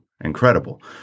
incredible